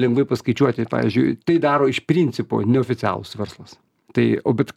lengvai paskaičiuoti pavyzdžiui tai daro iš principo neoficialus verslas tai bet